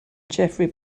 geoffrey